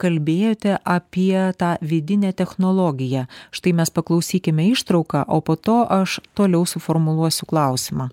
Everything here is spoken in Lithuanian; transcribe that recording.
kalbėjote apie tą vidinę technologiją štai mes paklausykime ištrauką o po to aš toliau suformuluosiu klausimą